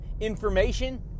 information